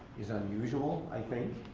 is unusual, i think.